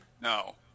No